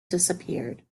disappeared